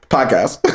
Podcast